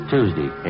Tuesday